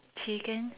chicken